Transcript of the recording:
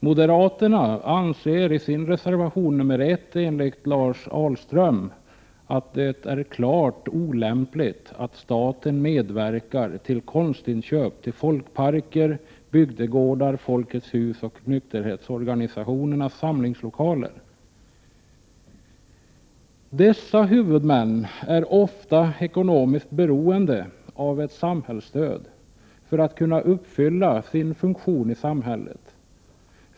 Moderaterna anser i sin reservation nr 1, enligt Lars Ahlström, att det är klart olämpligt att staten medverkar till konstinköp till folkparker, bygdegårdar, Folkets hus och nykterhetsorganisationernas samlingslokaler. Dessa huvudmän är ofta ekonomiskt beroende av ett samhällsstöd för att kunna uppfylla sin funktion i samhället.